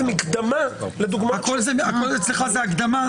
זה מקדמה --- הכול אצלך זה הקדמה?